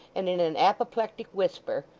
and in an apoplectic whisper,